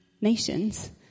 nations